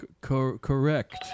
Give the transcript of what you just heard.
Correct